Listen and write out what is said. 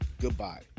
Goodbye